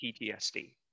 PTSD